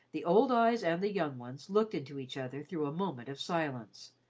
the old eyes and the young ones looked into each other through a moment of silence.